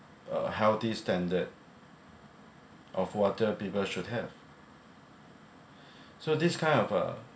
a healthy standard of water people should have so this kind of uh